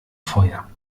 feuer